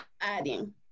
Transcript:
adding